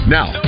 Now